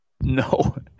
No